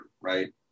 right